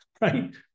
right